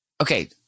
Okay